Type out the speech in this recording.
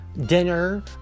dinner